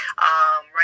Right